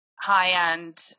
high-end